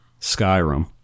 Skyrim